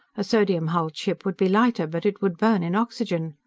a sodium-hulled ship would be lighter, but it would burn in oxygen.